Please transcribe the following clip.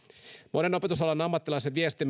monen opetusalan ammattilaisen viesti